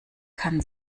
kann